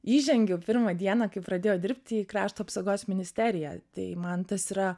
įžengiau pirmą dieną kai pradėjau dirbti į krašto apsaugos ministeriją tai man tas yra